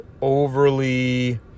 overly